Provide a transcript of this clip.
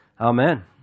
Amen